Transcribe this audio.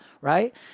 right